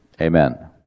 Amen